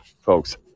folks